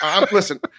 Listen